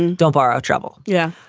and don't borrow trouble. yeah,